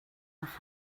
nach